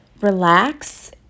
relax